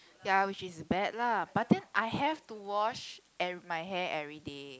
ya which is bad lah but then I have to wash every~ my hair everyday